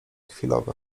chwilowe